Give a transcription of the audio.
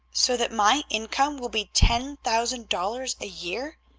so that my income will be ten thousand dollars a year?